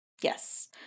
Yes